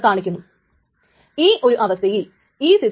കാരണം ഇതിനെ ക്രമത്തിലല്ല കൊടുത്തിരിക്കുന്നത്